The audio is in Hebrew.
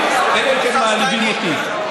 אלא אם כן מעליבים אותי.